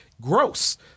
gross